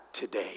today